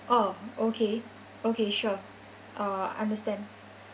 oh okay okay sure uh understand